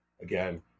Again